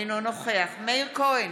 אינו נוכח מאיר כהן,